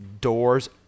doors